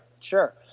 Sure